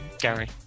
Gary